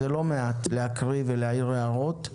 וזה לא מעט להקריא ולהעיר הערות.